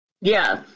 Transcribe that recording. Yes